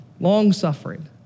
Long-suffering